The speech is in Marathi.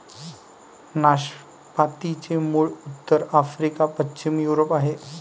नाशपातीचे मूळ उत्तर आफ्रिका, पश्चिम युरोप आहे